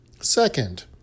Second